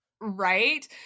Right